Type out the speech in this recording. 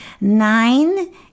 nine